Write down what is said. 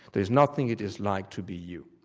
there is nothing it is like to be you.